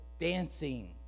dancing